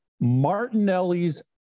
martinelli's